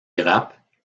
grappes